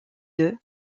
deux